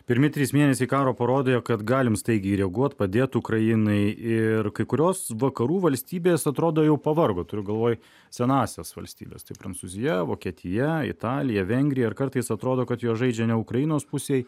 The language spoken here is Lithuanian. pirmi trys mėnesiai karo parodė kad galim staigiai reaguot padėt ukrainai ir kai kurios vakarų valstybės atrodo jau pavargo turiu galvoj senąsias valstybes tai prancūzija vokietija italija vengrija ir kartais atrodo kad jos žaidžia ne ukrainos pusėj